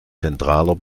zentraler